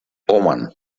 oman